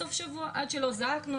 עד שלא זעקנו,